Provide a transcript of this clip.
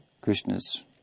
Krishna's